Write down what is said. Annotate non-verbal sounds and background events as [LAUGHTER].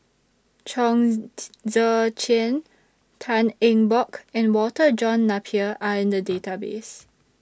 Chong [NOISE] Tze Chien Tan Eng Bock and Walter John Napier Are in The Database